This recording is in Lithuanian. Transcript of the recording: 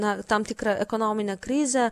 na tam tikrą ekonominę krizę